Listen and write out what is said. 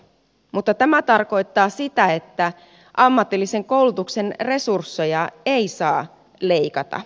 mutta tämä tarkoittaa sitä että ammatillisen koulutuksen resursseja ei saa leikata